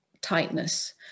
tightness